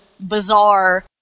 bizarre